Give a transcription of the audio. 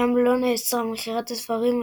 שם לא נאסרה מכירת הספרים,